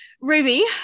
Ruby